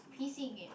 p_c game